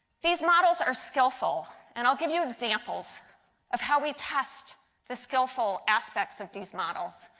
these models are skillful. and i will give you examples of how we test the skillful aspects of these models.